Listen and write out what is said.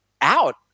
out